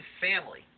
family